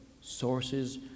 sources